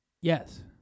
Yes